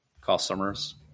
customers